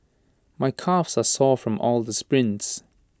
my calves are sore from all the sprints